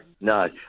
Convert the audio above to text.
no